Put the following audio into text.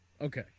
Okay